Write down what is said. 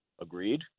Agreed